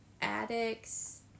addicts